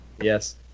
Yes